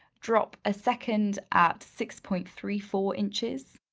drop a second at six point three four inches,